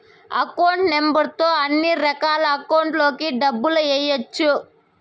account number తో అన్నిరకాల అకౌంట్లలోకి డబ్బులు ఎయ్యవచ్చు